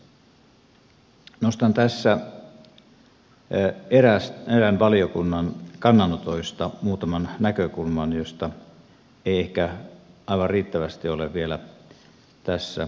nostan tässä erään valiokunnan kannanotoista muutaman näkökulman joista ei ehkä aivan riittävästi ole vielä tässä puhuttu